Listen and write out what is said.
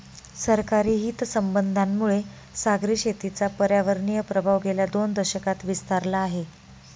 सरकारी हितसंबंधांमुळे सागरी शेतीचा पर्यावरणीय प्रभाव गेल्या दोन दशकांत विस्तारला आहे